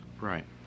Right